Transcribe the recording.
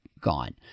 gone